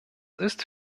ist